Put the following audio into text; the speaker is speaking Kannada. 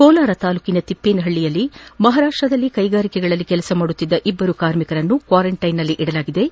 ಕೋಲಾರ ತಾಲೂಕಿನ ತಿಪ್ಪೇನಪಳ್ಳಿಯಲ್ಲಿ ಮಹಾರಾಷ್ಟದಲ್ಲಿ ಕೈಗಾರಿಕೆಗಳಲ್ಲಿ ಕೆಲಸ ಮಾಡುತ್ತಿದ್ದ ಇಬ್ಬರು ಕಾರ್ಮಿಕರನ್ನು ಕ್ವಾರಂಟೈನ್ನಲ್ಲಿ ಇಡಲಾಗಿದ್ದು